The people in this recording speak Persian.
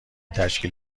تشکیل